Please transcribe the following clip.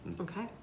okay